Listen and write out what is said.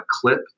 clip